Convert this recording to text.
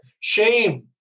Shame